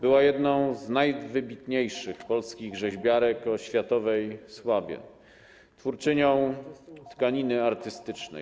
Była jedną z najwybitniejszych polskich rzeźbiarek o światowej sławie, twórczynią tkaniny artystycznej.